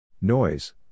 Noise